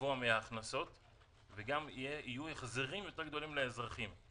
גבוה יותר מן ההכנסות וגם יהיו החזרים יותר גדולים לאזרחים.